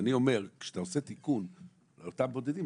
כשאתה עושה תיקון על אותם בודדים,